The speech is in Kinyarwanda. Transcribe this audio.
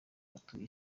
batuye